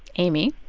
amy